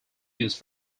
used